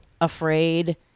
afraid